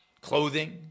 clothing